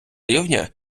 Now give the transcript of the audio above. рівня